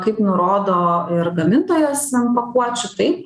kaip nurodo ir gamintojas ant pakuočių taip